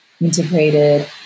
integrated